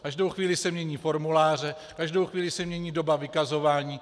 Každou chvíli se mění formuláře, každou chvíli se mění doba vykazování.